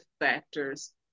factors